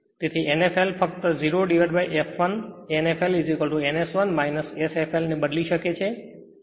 તેથી n fl ફક્ત 0fl n fln S1 Sfl ને બદલી શકે છે